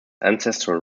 ancestral